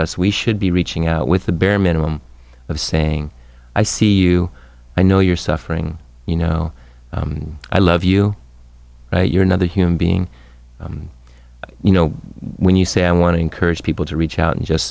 us we should be reaching out with the bare minimum of saying i see you i know you're suffering you know i love you you're another human being you know when you say i want to encourage people to reach out and just